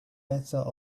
better